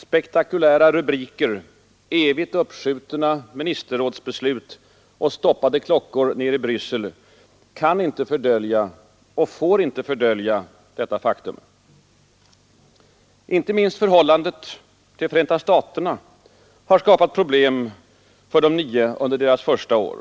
Spektakulära rubriker, evigt uppskjutna ministerrådsbeslut och stoppade klockor nere i Bryssel kan inte fördölja och får inte fördölja detta faktum. Inte minst förhållandet till Förenta staterna har skapat problem för de nio under deras första år.